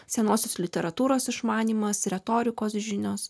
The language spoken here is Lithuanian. senosios literatūros išmanymas retorikos žinios